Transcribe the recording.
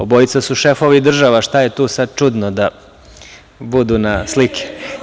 Obojica su šefovi država, šta je tu sad čudno da budu slike?